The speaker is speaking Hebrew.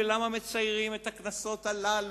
למה הופכים ולמה מציירים את הכנסות האלה